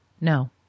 No